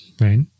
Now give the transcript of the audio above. right